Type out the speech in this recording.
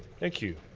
thank you.